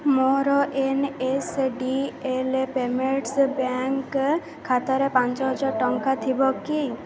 ମୋର N S D L payments bank ଖାତାରେ ପାଞ୍ଚହଜାର ଟଙ୍କା ଥିବ କି